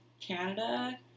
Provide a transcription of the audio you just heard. Canada